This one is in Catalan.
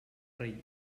rei